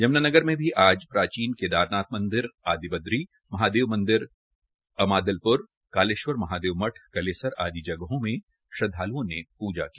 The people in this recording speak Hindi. यम्नानगर में भी आज प्राचीन केदारनाथ मंदिर आदि ब्रदी महादेव मंदिर अमादलप्र कालेश्वर महादेव मठ कलेसर आदि जगहों में श्रद्वाल्ओं ने पूजा की